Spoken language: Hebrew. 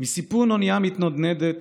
"מסיפון אונייה מתנודדת